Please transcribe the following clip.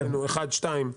דהיינו 1, 2,